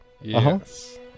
Yes